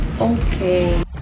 Okay